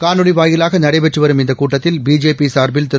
காணொலி வாயிலாக நடைபெற்றுவரும் இந்த கூட்டத்தில் பிஜேபி சார்பில் திரு